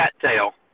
cattail